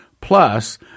Plus